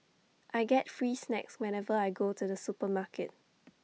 I get free snacks whenever I go to the supermarket